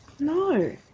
No